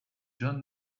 john